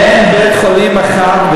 אין בית-חולים אחד,